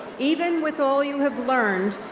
even with all you have learned,